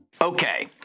Okay